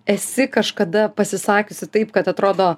esi kažkada pasisakiusi taip kad atrodo